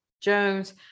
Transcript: Jones